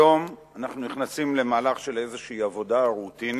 היום אנחנו נכנסים למהלך של איזו עבודה רוטינית